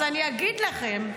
אז אני אגיד לכם,